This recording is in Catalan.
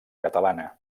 catalana